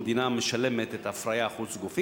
המדינה משלמת את ההפריה החוץ-גופית,